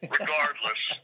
Regardless